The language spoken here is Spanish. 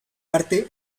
arte